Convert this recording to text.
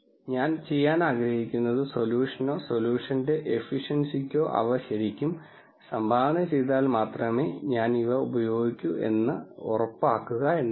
ഞാൻ ചെയ്യാൻ ആഗ്രഹിക്കുന്നത് സൊല്യൂഷനോ സൊല്യൂഷന്റെ എഫിഷ്യന്സിക്കോ അവ ശരിക്കും സംഭാവന ചെയ്താൽ മാത്രമേ ഞാൻ ഇവ ഉപയോഗിക്കൂ എന്ന് ഉറപ്പാക്കുക എന്നതാണ്